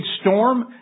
storm